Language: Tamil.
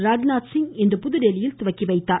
ராஜ்நாத்சிங் இன்று புதுதில்லியில் தொடங்கி வைத்தார்